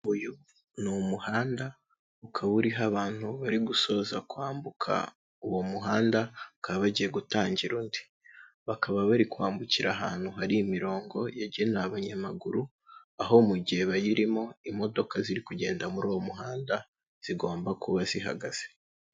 Uyu ni umuhanda ukaba uriho abantu bari gusoza kwambuka uwo muhanda bakaba bagiye gutangira undi. Bakaba bari kwambukira ahantu hari imirongo yagenewe abanyamaguru, aho mu gihe bayirimo imodoka ziri kugenda muri uwo muhanda zigomba kuba zihagaze.